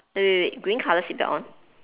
wait wait wait green colour seat belt on